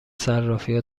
صرافیها